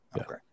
Okay